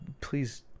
please